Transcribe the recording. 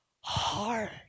hard